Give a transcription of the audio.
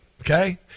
okay